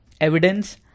evidence